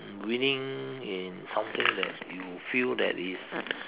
winning in something that you feel that is